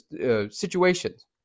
situations